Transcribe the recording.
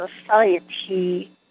society